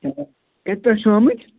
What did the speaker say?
چلو کَتہِ پٮ۪ٹھٕ چھِو آمٕتۍ